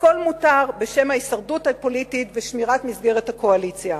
הכול מותר בשם ההישרדות הפוליטית ושמירת מסגרת הקואליציה.